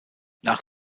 nach